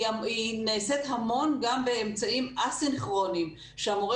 היא נעשית המון גם באמצעים א-סינכרוניים שהמורה